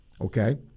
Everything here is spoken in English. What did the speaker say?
okay